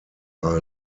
are